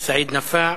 סעיד נפאע.